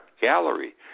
gallery